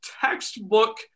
textbook